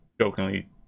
jokingly